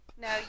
now